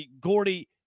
Gordy